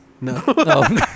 No